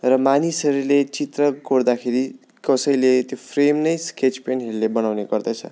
र मानिसहरूले चित्र कोर्दाखेरि कसैले त्यो फ्रेम नै स्केच पेनहरूले बनाउने गर्दछ